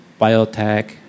biotech